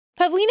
Pavlina